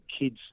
kids